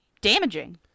damaging